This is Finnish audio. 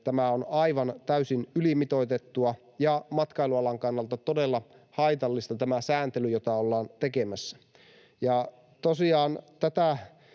Tämä on aivan täysin ylimitoitettua ja matkailualan kannalta todella haitallista, tämä sääntely, jota ollaan tekemässä. Tosiaan tätä